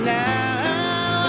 now